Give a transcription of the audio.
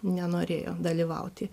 nenorėjo dalyvauti